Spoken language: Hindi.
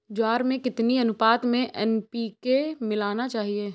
ज्वार में कितनी अनुपात में एन.पी.के मिलाना चाहिए?